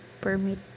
permit